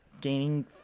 Gaining